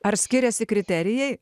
ar skiriasi kriterijai